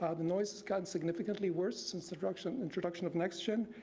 ah the noise has gotten significantly worse since the introduction introduction of next gen,